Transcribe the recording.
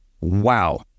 Wow